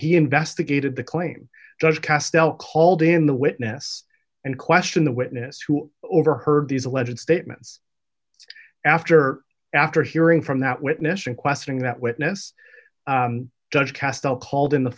he investigated the claim judge cast called in the witness and questioned the witness who overheard these alleged statements after after hearing from that witness requesting that witness judge castle called in the